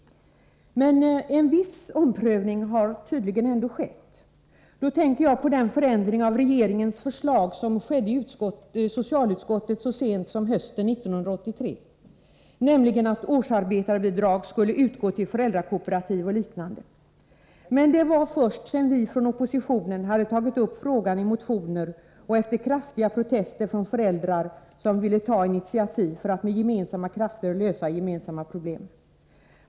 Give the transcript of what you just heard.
Men en viss omprövning har tydligen ändå ägt rum. Jag tänker då på den förändring av regeringens förslag som skedde i socialutskottet så sent som hösten 1983, då man accepterade att årsarbetarebidrag skulle utgå till föräldrakooperativ och liknande. Men detta skedde först sedan vi från oppositionen hade tagit upp frågan i motioner och efter kraftiga protester från föräldrar som ville ta initiativ för att med gemensamma krafter lösa sina problem.